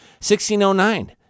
1609